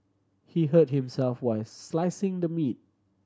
he hurt himself while slicing the meat